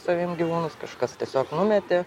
savim gyvūnus kažkas tiesiog numetė